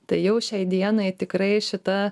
tai jau šiai dienai tikrai šita